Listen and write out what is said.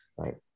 Right